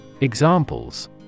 Examples